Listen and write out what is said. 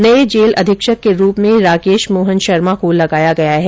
नये जेल अधीक्षक के रूप में राकेश मोहन शर्मा को लगाया गया है